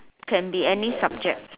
can be any subject